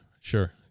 sure